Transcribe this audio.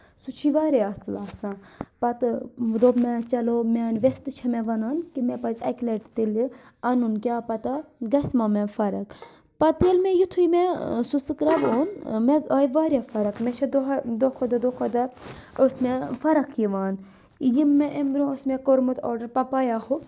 سُہ چھُی واریاہ اَصٕل آسان پَتہٕ دوٚپ مےٚ چلو میانہِ ویٚسہٕ تہِ چھِ مےٚ وَنان کہِ مےٚ پَزِ اَکہِ لَٹہِ تیٚلہِ اَنُن کیاہ پَتہ گژھِ ما مےٚ فرق پَتہٕ ییٚلہِ مےٚ یِتھُے مےٚ سُہ سٕکرب اوٚن مےٚ آیہِ واریاہ فرق مےٚ چھےٚ دۄہے دۄہ کھۄتہٕ دۄہ دۄہ کھۄتہٕ دۄہ ٲس مےٚ فرق یِوان یِم مےٚ اَمہِ برونٛہہ اوس مےٚ کوٚرمُت آرڈَر پَپیا ہُہ